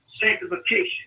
sanctification